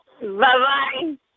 Bye-bye